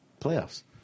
playoffs